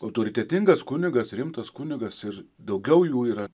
autoritetingas kunigas rimtas kunigas ir daugiau jų yra